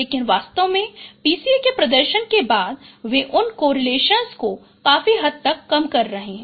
लेकिन वास्तव में PCA के प्रदर्शन के बाद वे उन कोरिलेशन्स को काफी हद तक कम कर रहे हैं